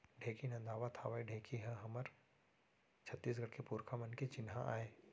ढेंकी नदावत हावय ढेंकी ह हमर छत्तीसगढ़ के पुरखा मन के चिन्हा आय